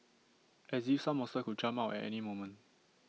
as if some monster could jump out at any moment